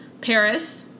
Paris